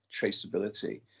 traceability